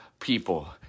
people